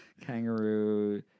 Kangaroo